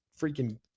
freaking